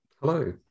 Hello